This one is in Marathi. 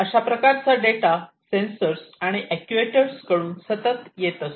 अशा प्रकारचा डेटा सेन्सर्स आणि अक्टुएटरर्स कडून सतत येत असतो